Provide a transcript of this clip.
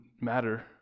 matter